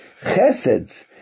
Chesed